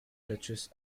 duchess